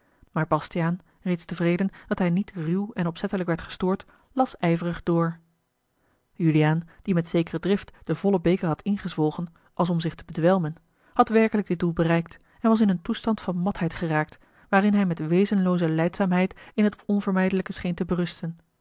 maar bastiaan reeds tevreden dat hij niet ruw en opzettelijk werd gestoord las ijverig door juliaan die met zekere drift den vollen beker had ingezwolgen als om zich te bedwelmen had werkelijk dit doel bereikt en was in een toestand van matheid geraakt waarin a l g bosboom-toussaint de delftsche wonderdokter eel hij met wezenlooze lijdzaamheid in het onvermijdelijke scheen te berusten